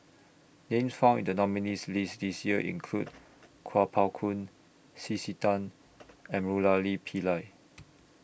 Names found in The nominees' list This Year include Kuo Pao Kun C C Tan and Murali Pillai